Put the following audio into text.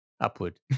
Upward